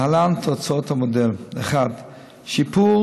ולהלן תוצאות המודל: 1. שיפור